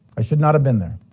i should not have been there.